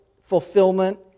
fulfillment